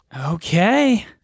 Okay